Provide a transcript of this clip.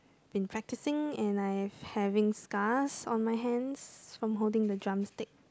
been practicing and I've having scars on my hands from holding the drumstick